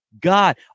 God